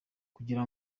kugira